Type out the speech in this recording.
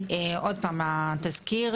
אנחנו עומדים מאחורי התזכיר